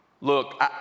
Look